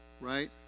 Right